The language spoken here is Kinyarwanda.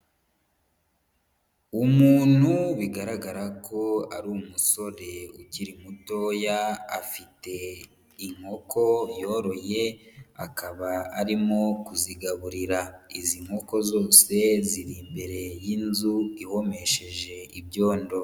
Umuntu bigaragara ko ari umusore ukiri mutoya afite inkoko yoroye akaba arimo kuzigaburira, izi nkoko zose ziri imbere y'inzu ihomesheje ibyondo.